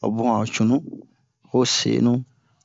ho bun a ho cunu ho senu